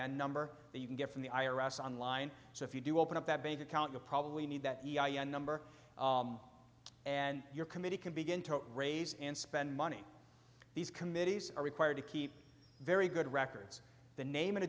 i number that you can get from the i r s online so if you do open up that bank account you'll probably need that number and your committee can begin to raise and spend money these committees are required to keep very good records the name and